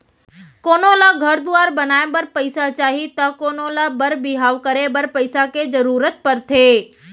कोनो ल घर दुवार बनाए बर पइसा चाही त कोनों ल बर बिहाव करे बर पइसा के जरूरत परथे